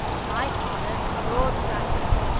my father is lord bracknell.